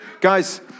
Guys